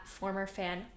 FormerFan